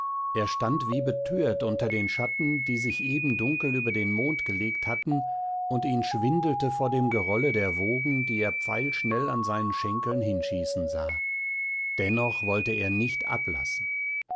er stand wie betört unter den schatten die sich eben dunkel über den mond gelegt hatten und ihn schwindelte vor dem gerolle der wogen die er pfeilschnell an seinen schenkeln hinschießen sah dennoch wollte er nicht ablassen